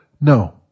No